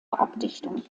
abdichtung